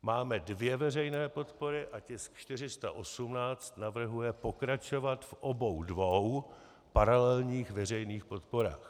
Máme dvě veřejné podpory a tisk 418 navrhuje pokračovat v obou dvou paralelních veřejných podporách.